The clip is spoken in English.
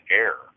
air